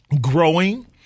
growing